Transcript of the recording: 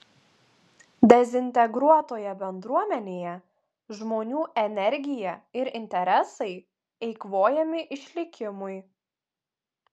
dezintegruotoje bendruomenėje žmonių energija ir interesai eikvojami išlikimui